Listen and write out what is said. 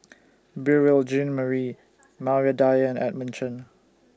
Beurel Jean Marie Maria Dyer and Edmund Chen